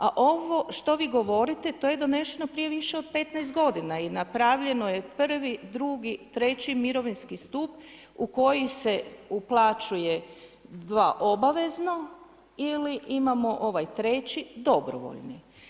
A ovo što vi govorite, to je doneseno prije više od 15 godina i na pravljeno je prvi, drugi, treći mirovinski stup u koji se uplaćuje 2 obavezno ili imamo ovaj treći, dobrovoljno.